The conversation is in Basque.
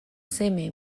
seme